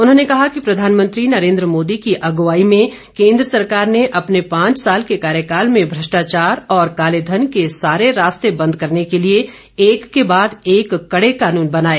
उन्होंने कहा कि प्रधानमंत्री नरेन्द्र मोदी की अगुवाई में केंद्र सरकार ने अपने पांच साल के कार्यकाल में भ्रष्टाचार और कालेधन के सारे रास्ते बंद करने के लिए एक के बाद एक कड़े कानून बनाए